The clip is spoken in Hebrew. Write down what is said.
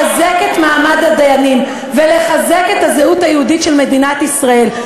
לחזק את מעמד הדיינים ולחזק את הזהות היהודית של מדינת ישראל.